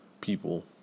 people